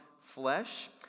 flesh